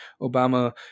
Obama